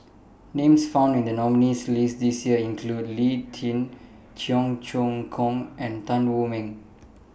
Names found in The nominees' list This Year include Lee Tjin Cheong Choong Kong and Tan Wu Meng